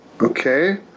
Okay